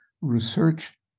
research